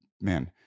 man